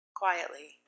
quietly